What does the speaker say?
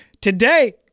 Today